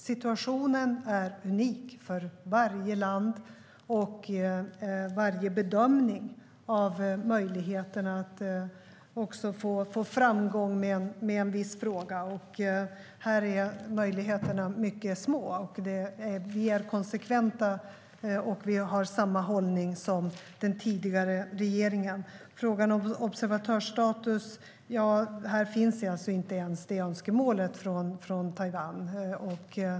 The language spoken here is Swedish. Situationen är unik för varje land, och bedömningen är att möjligheterna att nå framgång här är mycket små. Vi är konsekventa och har samma hållning som den tidigare regeringen. Det finns inget önskemål om observationsstatus från Taiwan.